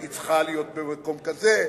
היא צריכה להיות במקום כזה.